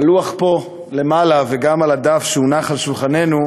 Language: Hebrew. בלוח פה למעלה, וגם על הדף שהונח על שולחננו,